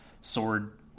sword